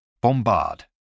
Bombard